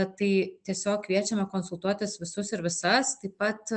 tai tiesiog kviečiame konsultuotis visus ir visas taip pat